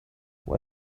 why